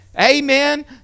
Amen